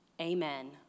Amen